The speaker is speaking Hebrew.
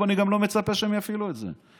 ואני גם לא מצפה שהם יפעילו את זה.